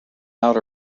out